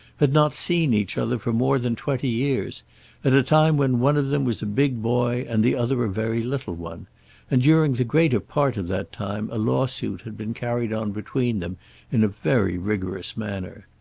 had not seen each other for more than twenty years at a time when one of them was a big boy, and the other very little one and during the greater part of that time a lawsuit had been carried on between them in a very rigorous manner.